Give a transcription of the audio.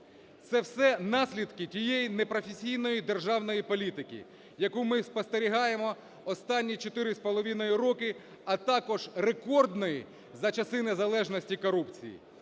Це все наслідки тієї непрофесійної державної політики, яку ми спостерігаємо останні чотири з половиною роки, а також рекордної за часи незалежності корупції.